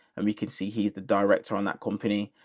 and we can see he's the director on that company.